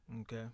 Okay